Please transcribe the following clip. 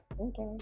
okay